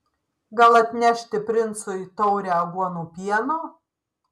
gal atnešti princui taurę aguonų pieno